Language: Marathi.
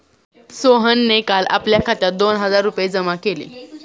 सोहनने काल आपल्या खात्यात दोन हजार रुपये जमा केले